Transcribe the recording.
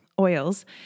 Oils